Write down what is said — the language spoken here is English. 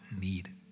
need